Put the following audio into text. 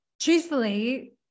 truthfully